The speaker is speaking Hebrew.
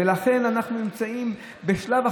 לכן אנחנו נמצאים בשלב,